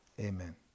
Amen